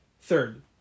third